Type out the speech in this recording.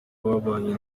babanye